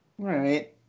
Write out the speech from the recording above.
Right